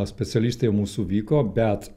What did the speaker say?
specialistai mūsų vyko bet